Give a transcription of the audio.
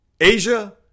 Asia